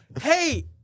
hey